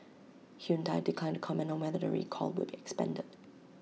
Hyundai declined to comment on whether the recall would be expanded